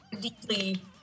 deeply